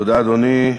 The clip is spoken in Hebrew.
תודה, אדוני.